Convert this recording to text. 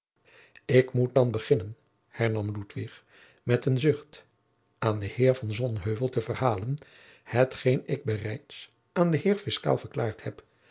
ik moet dan beginnen hernam ludwig met een zucht aan den heer van sonheuvel te verhalen hetgeen ik bereids aan den heer fiscaal verklaard heb